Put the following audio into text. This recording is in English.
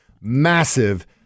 massive